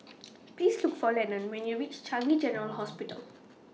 Please Look For Lennon when YOU REACH Changi General Hospital